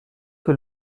que